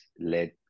led